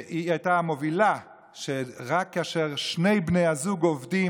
והיא הייתה המובילה: רק כאשר שני בני הזוג עובדים,